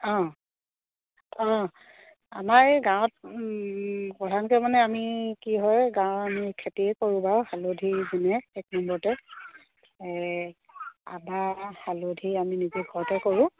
অঁ অঁ আমাৰ এই গাঁৱত প্ৰধানকৈ মানে আমি কি হয় গাঁৱৰ আমি খেতিয়ে কৰোঁ বাৰু হালধি যোনে এক নম্বৰতে এই আদা হালধি আমি নিজে ঘৰতে কৰোঁ